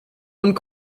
und